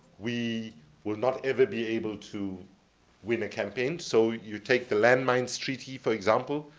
we will not ever be able to win a campaign. so, you take the land mines treaty, for example,